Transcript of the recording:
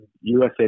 USA